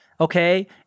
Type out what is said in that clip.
okay